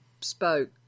spoke